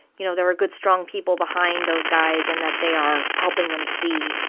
you know, there are good, strong people behind those guys and that they are helping them see,